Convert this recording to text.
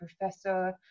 professor